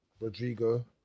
Rodrigo